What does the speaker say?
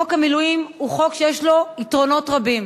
חוק המילואים הוא חוק שיש לו יתרונות רבים,